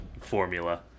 formula